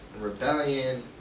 rebellion